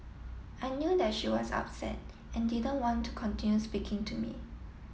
I knew that she was upset and didn't want to continue speaking to me